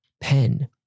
pen